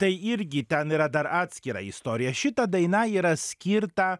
tai irgi ten yra dar atskira istorija šita daina yra skirta